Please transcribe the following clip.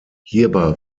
hierbei